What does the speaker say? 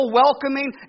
welcoming